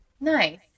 Nice